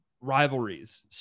rivalries